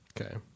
Okay